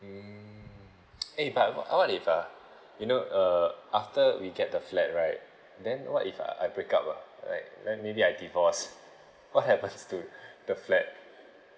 mm eh but what if uh you know uh after we get the flat right and then what if uh I break up ah like then maybe I divorce what happen to the flat